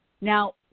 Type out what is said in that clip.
Now